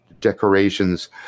decorations